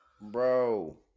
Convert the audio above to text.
Bro